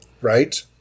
Right